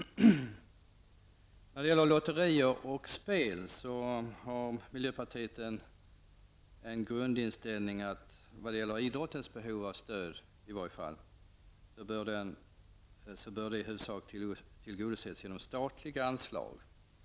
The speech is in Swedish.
När det gäller lotterier och spel har miljöpartiet en grundinställning, i varje fall vad gäller idrottens behov av stöd, och det är att den huvudsakligen bör tillgodoses genom statliga anslag.